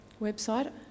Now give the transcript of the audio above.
website